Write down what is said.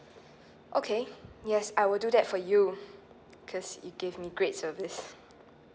okay yes I will do that for you because you gave me great service